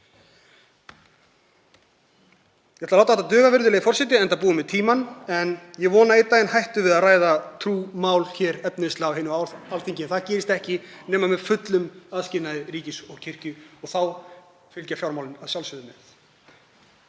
Ég ætla að láta þetta duga, virðulegi forseti, enda búinn með tímann, en ég vona að einn daginn hættum við að ræða trúmál efnislega á hinu háa Alþingi en það gerist ekki nema með fullum aðskilnaði ríkis og kirkju og þá fylgja fjármálin að sjálfsögðu með.